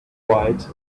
white